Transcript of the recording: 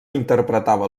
interpretava